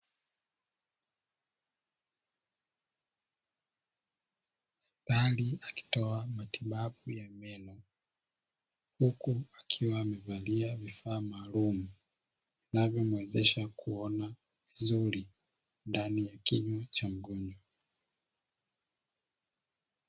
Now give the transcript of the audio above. Daktari akitoa matibabu ya meno huku akiwa amevalia vifaa maalumu, vinavyomuwezesha kuona vizuri ndani ya kinywa cha mgonjwa.